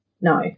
no